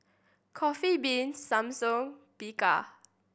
Coffee Bean Samsung Bika